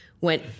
went